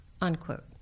unquote